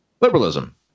liberalism